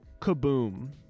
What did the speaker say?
Kaboom